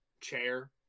chair